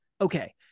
Okay